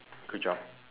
good job